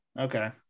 Okay